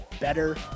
better